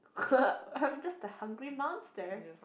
I'm just a hungry monster